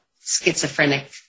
schizophrenic